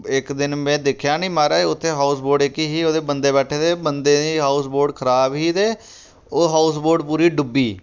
इक दिन में दिक्खेआ नी महाराज़ उत्थे हाउस बोट इक ही ओह्दे ई बंदे बैठे दे बंदें दी हाउस बोट खराब ही ते ओह् हाउस बोट पूरी डुब्बी